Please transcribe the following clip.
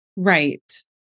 Right